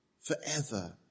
forever